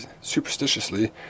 superstitiously